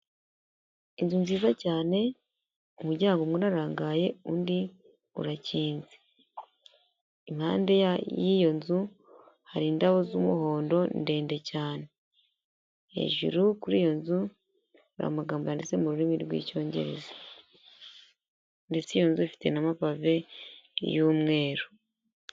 Inzu nziza cyane umuryango umwe urarangaye undi urakinze. Impande y'iyo nzu hari indabo z'umuhondo ndende cyane. Hejuru kuri iyo nzu handitse mu rurimi rw'Icyongereza. Ndetse iyo nzu ifite n'amapave y'umweru.